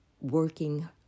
working